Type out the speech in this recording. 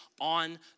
on